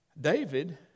David